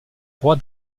roi